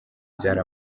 byari